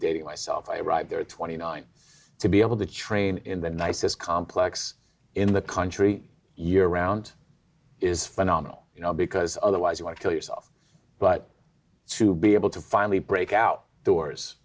six myself i right there twenty nine to be able to train in the nicest complex in the country year round is phenomenal you know because otherwise you would kill yourself but to be able to finally break out